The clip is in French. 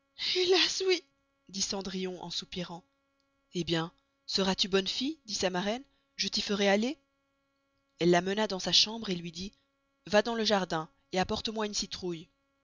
dit cendrillon en soûpirant hé bien seras-tu bonne fille dit sa maraine je t'y feray aller elle la mena dans sa chambre et luy dit va dans le jardin apporte moy une citroüille